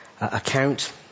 account